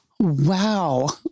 Wow